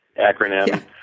acronym